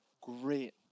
great